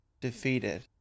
defeated